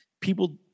People